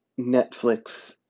Netflix